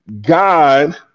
God